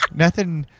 nothing.